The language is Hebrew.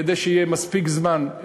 כדי שיהיה מספיק זמן,